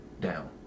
down